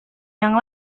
yang